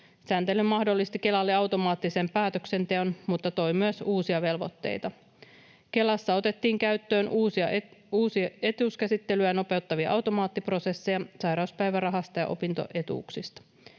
Sääntely mahdollisti Kelalle automaattisen päätöksenteon mutta toi myös uusia velvoitteita. Kelassa otettiin käyttöön uusia, etuuskäsittelyä nopeuttavia automaattiprosesseja sairauspäivärahasta ja opintoetuuksista.